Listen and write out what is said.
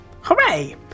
Hooray